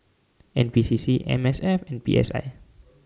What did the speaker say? N P C C M S F and P S I